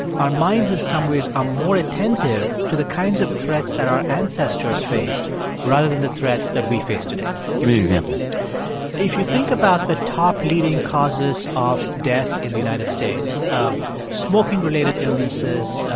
our minds, in some ways, are more attentive to the kinds of threats that our ancestors faced rather than the threats that we face today give me an example if you think about the top leading causes of death in the united states um smoking-related illnesses,